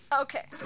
Okay